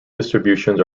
distributions